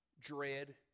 dread